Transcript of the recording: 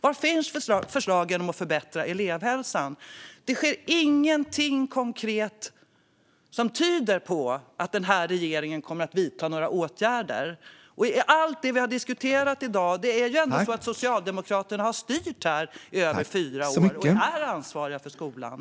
Var finns förslagen om att förbättra elevhälsan? Det sker ingenting konkret som tyder på att denna regering kommer att vidta några åtgärder. Det är ändå Socialdemokraterna som har styrt i över fyra år och är ansvariga för skolan.